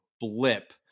blip